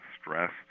stress